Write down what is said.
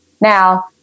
Now